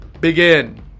begin